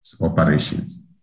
operations